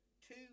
two